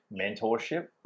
mentorship